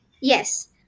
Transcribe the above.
yes